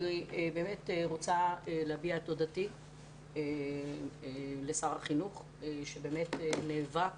אני באמת רוצה להביע את תודתי לשר החינוך שבאמת נאבק